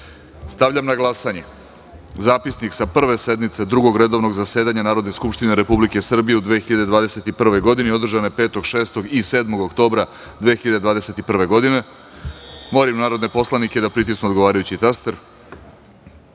na glasanje Zapisnik sa Prve sednice Drugog redovnog zasedanja Narodne skupštine Republike Srbije u 2021. godini, održane 5. juna i 7. oktobra 2021. godine. Molim narodne poslanike da pritisnu odgovarajući